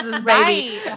baby